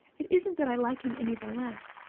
it isn't that i like him any the less,